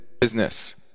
business